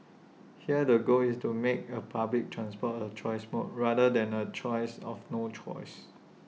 here the goal is to make A public transport A choice mode rather than A choice of no choice